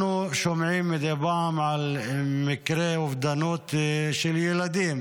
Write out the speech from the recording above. אנחנו שומעים מדי פעם על מקרי אובדנות של ילדים,